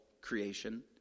creation